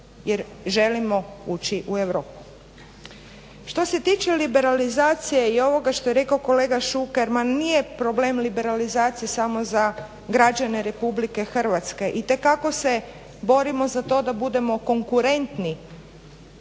jer želimo ući u Europu. Što se tiče liberalizacije i ovoga što je rekao kolega Šuker, ma nije problem liberalizacija samo za građane Republike Hrvatske. Itekako se borimo za to da budemo konkurentni